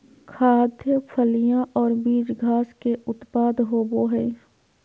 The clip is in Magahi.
खाद्य, फलियां और बीज घास के उत्पाद होबो हइ